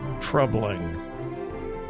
troubling